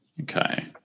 Okay